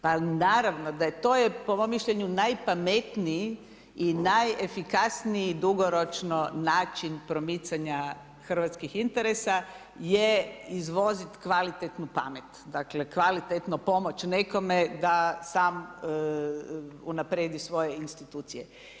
Pa naravno da je, to je, po mom mišljenju najpametniji i najefikasniji dugoročno način promicanja hrvatskih interesa, je izvozit kvalitetnu pamet, dakle kvalitetno pomoć nekome da sam unaprijedi svoje Institucije.